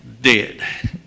dead